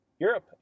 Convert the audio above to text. europe